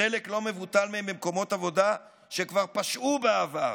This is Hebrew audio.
חלק לא מבוטל מהם במקומות עבודה שכבר פשעו בעבר,